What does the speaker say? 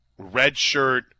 redshirt